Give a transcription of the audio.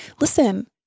listen